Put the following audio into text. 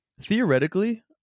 theoretically